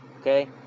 Okay